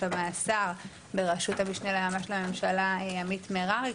המאסר בראשות המשנה ליועמ"ש לממשלה עמית מררי.